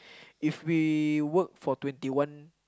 if we work for twenty one